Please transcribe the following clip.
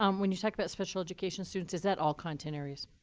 um when you talk about special education students, is that all content areas?